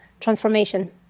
transformation